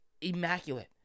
immaculate